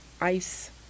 ICE